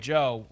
Joe